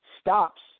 stops